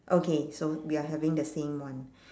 okay so we are having the same one